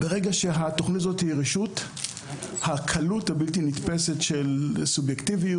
ברגע שהתכנית הזו היא רשות הקלות הבלתי נתפסת של סובייקטיביות,